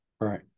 Right